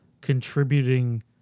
contributing